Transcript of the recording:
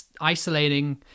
isolating